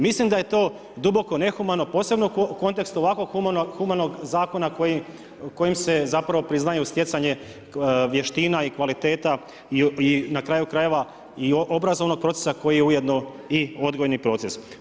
Mislim da je to duboko nehumano posebno u kontekstu ovako humanog zakona kojim se priznaje stjecanje vještina i kvaliteta i na kraju krajeva i obrazovnog procesa koji je ujedno i odgojni proces.